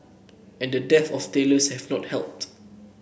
and the dearth of tailors have not helped